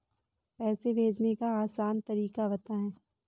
पैसे भेजने का आसान तरीका बताए?